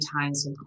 times